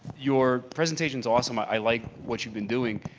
your presentation's awesome. i like what you've been doing.